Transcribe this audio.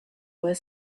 where